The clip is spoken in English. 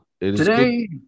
today